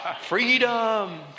Freedom